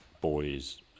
boys